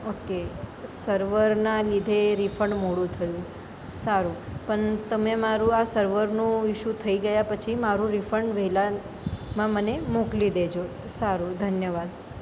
okay સર્વરના લીધે refund મોડું થયું સારું પણ તમે મારું આ સર્વરનું ઇશુ થઈ ગયા પછી મારું રિફંડ વહેલામાં મને મોકલી દેજો સારું ધન્યવાદ